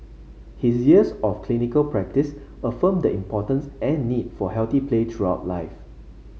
his years of clinical practice affirmed the importance and need for healthy play throughout life